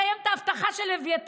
לא נקיים את ההבטחה של אביתר,